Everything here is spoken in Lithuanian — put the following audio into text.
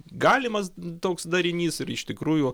galimas toks darinys ir iš tikrųjų